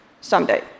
someday